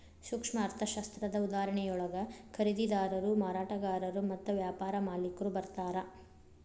ಸೂಕ್ಷ್ಮ ಅರ್ಥಶಾಸ್ತ್ರದ ಉದಾಹರಣೆಯೊಳಗ ಖರೇದಿದಾರರು ಮಾರಾಟಗಾರರು ಮತ್ತ ವ್ಯಾಪಾರ ಮಾಲಿಕ್ರು ಬರ್ತಾರಾ